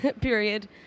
period